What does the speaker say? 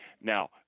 Now